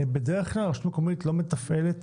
שבדרך כלל רשות מקומית לא מתפעלת